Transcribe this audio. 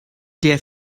der